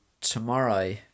tomorrow